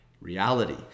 reality